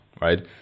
right